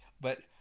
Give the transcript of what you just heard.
but-